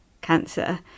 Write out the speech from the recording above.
cancer